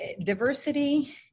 diversity